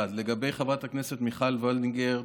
1. לגבי חברת הכנסת מיכל וולדיגר,